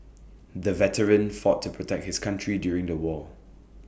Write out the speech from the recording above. the veteran fought to protect his country during the war